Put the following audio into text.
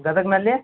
ಗದಗಿನಲ್ಲಿ